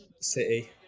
City